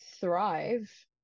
thrive